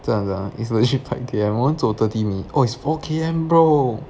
真的真的 is legit five K_M 我们走 thirty minute oh is four K_M bro